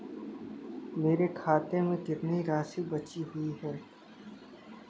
मेरे खाते में कितनी राशि बची हुई है?